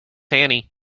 annie